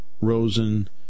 Rosen